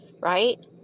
Right